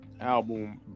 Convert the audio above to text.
album